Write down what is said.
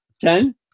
Ten